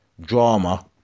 drama